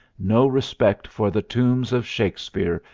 no respect for the tombs of shakespeare,